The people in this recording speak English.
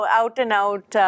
out-and-out